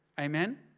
Amen